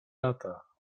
lata